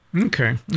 okay